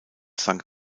sank